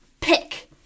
pick